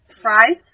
fries